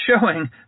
showing